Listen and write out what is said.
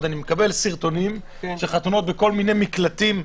אני מקבלת סרטונים של חתונות בכל מיני מקלטים,